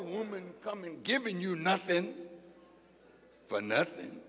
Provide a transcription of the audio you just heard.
women coming giving you nothing for nothing